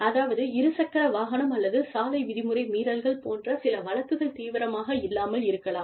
அதாவது இருசக்கர வாகனம் அல்லது சாலை விதிமுறை மீறல்கள் போன்ற சில வழக்குகள் தீவிரமாக இல்லாமல் இருக்கலாம்